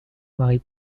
marie